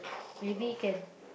maybe can